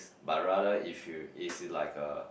but rather if you it's like a